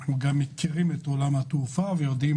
אנחנו מכירים את עולם התעופה ויודעים